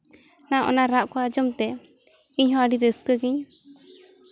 ᱚᱱᱮ ᱚᱱᱟ ᱨᱟᱜ ᱠᱚ ᱟᱸᱡᱚᱢ ᱛᱮ ᱤᱧ ᱦᱚᱸ ᱟᱹᱰᱤ ᱨᱟᱹᱥᱠᱟᱹ ᱜᱮᱧ